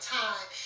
time